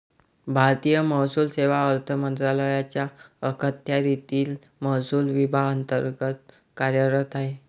भारतीय महसूल सेवा अर्थ मंत्रालयाच्या अखत्यारीतील महसूल विभागांतर्गत कार्यरत आहे